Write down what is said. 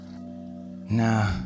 Nah